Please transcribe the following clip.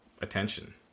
attention